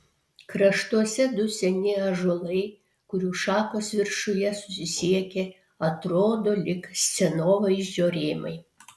kraštuose du seni ąžuolai kurių šakos viršuje susisiekia atrodo lyg scenovaizdžio rėmai